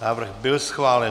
Návrh byl schválen.